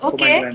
Okay